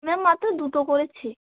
ma'am মাত্র দুটো করেছি